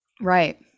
right